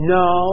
no